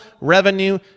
Revenue